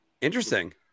Interesting